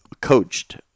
coached